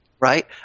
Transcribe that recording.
Right